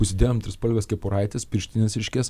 užsidėjom trispalves kepuraites pirštines ryškias